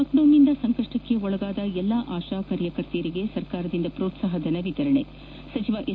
ಲಾಕ್ಡೌನ್ನಿಂದ ಸಂಕಷ್ಟಕ್ಕೆ ಒಳಗಾದ ಎಲ್ಲಾ ಆಶಾ ಕಾರ್ಯಕರ್ತೆಯರಿಗೆ ಸರ್ಕಾರದಿಂದ ಪ್ರೋತ್ಸಾಹಧನ ವಿತರಣೆ ಸಚಿವ ಎಸ್